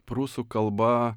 prūsų kalba